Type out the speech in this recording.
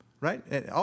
right